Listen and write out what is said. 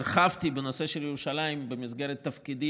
הרחבתי בנושא של ירושלים במסגרת תפקידי